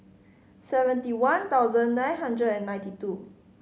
seventy one thousand nine hundred and ninety two